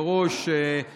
נכון